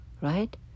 Right